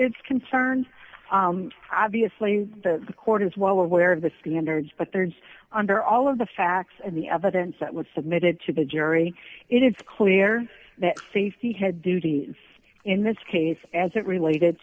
is concerned obviously the court is well aware of the standards but there's under all of the facts and the evidence that was submitted to the jury it is clear that safety had duties in this case as it related